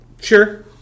Sure